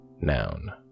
Noun